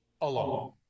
alone